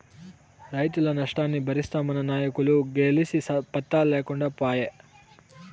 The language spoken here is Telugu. రైతుల నష్టాన్ని బరిస్తామన్న నాయకులు గెలిసి పత్తా లేకుండా పాయే